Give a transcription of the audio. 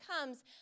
comes